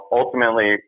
ultimately